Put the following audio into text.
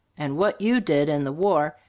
and what you did in the war,